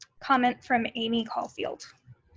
comment from amy caulfield.